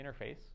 interface